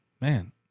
man